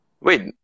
Wait